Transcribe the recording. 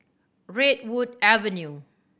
Redwood Avenue